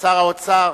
שר האוצר,